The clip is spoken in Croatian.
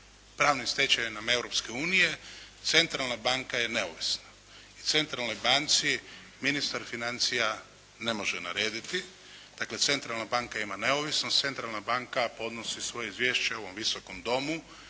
pravnim stečevinama Europske unije Centralna banka je neovisna i Centralnoj banci ministar financija ne može narediti. Dakle, Centralna banka ima neovisnost. Centralna banka podnosi svoje izvješće ovom Visokom domu